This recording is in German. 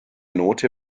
note